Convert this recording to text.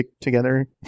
together